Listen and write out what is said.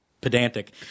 pedantic